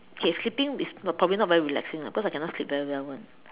okay sleeping is not probably not very relaxing ah because I cannot sleep very well [one]